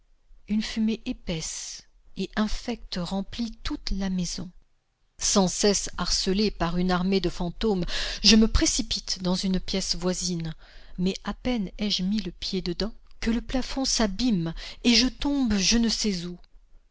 une fumée épaisse et infecte remplit toute la maison sans cesse harcelé par une armée de fantômes je me précipite dans une pièce voisine mais à peine ai-je mis le pied dedans que le plafond s'abîme et je tombe je ne sais où